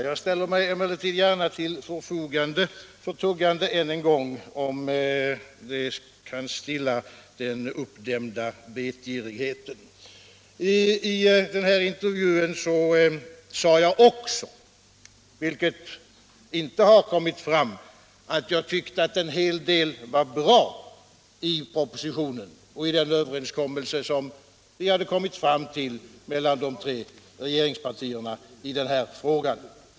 Jag ställer mig emellertid gärna till förfogande för tuggande än en gång, om det kan stilla den uppdämda vetgirigheten. I intervjun sade jag också, vilket inte har kommit fram, att jag tyckte att en hel del var bra i propositionen och i den överenskommelse som vi har kommit fram till mellan de tre regeringspartierna i den här frågan.